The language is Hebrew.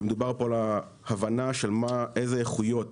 ומדובר פה על ההבנה של איזה איכויות